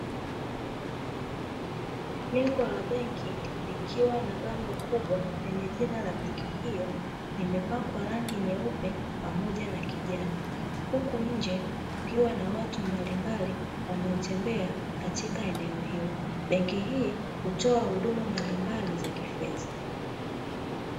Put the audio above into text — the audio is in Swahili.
Jengo la benki likiwa na bango kubwa lenye jina ya benki hiyo, limepakwa rangi nyeupe pamoja na kijani, huku nje kukiwa na watu mbalimbali wanaotembea katika eneo hilo. Benki hii hutoa huduma mbalimbali za kifedha.